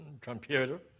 computer